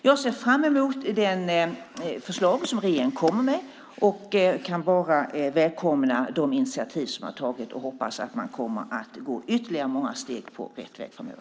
Jag ser fram emot det förslag som regeringen kommer med och välkomnar de initiativ som har tagits och hoppas att man kommer att gå ytterligare många steg på rätt väg.